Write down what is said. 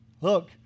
Look